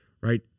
right